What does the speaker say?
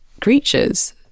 creatures